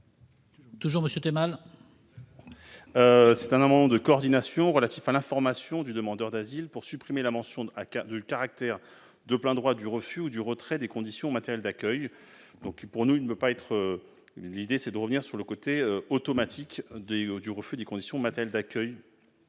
est à M. Rachid Temal. Il s'agit d'un amendement de coordination relatif à l'information du demandeur d'asile visant à supprimer la mention du caractère de plein droit du refus ou du retrait des conditions matérielles d'accueil. Nous voulons revenir sur le caractère automatique du refus des conditions matérielles d'accueil.